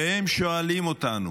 והם שואלים אותנו: